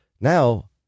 now